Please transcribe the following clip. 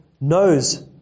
knows